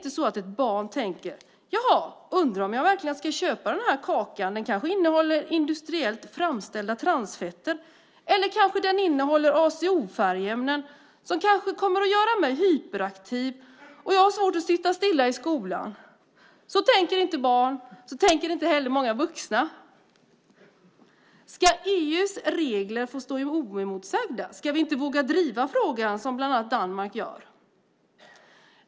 Ett barn tänker inte: Jag undrar om jag verkligen ska köpa den här kakan, den kanske innehåller industriellt framställda transfetter eller azofärgämnen som kommer att göra mig hyperaktiv så att jag har svårt att sitta stilla i skolan. Så tänker inte barn, så tänker inte heller många vuxna. Ska EU:s regler få stå oemotsagda? Ska vi inte våga driva frågan såsom bland annat Danmark gör?